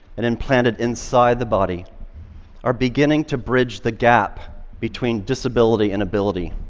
and implanted inside the body are beginning to bridge the gap between disability and ability,